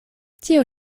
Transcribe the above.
tio